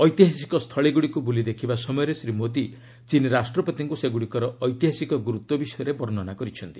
ଐତିହାସିକ ସ୍ଥଳୀଗୁଡ଼ିକୁ ବୁଲି ଦେଖିବା ସମୟରେ ଶ୍ରୀ ମୋଦୀ ଚୀନ୍ ରାଷ୍ଟ୍ରପତିଙ୍କୁ ସେଗୁଡ଼ିକର ଐତିହାସିକ ଗୁରୁତ୍ୱ ବିଷୟରେ ବର୍ଷନା କରିଛନ୍ତି